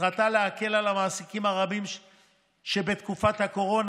ומטרתה להקל על המעסיקים הרבים שבתקופת הקורונה